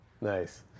nice